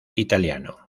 italiano